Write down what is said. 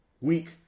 Week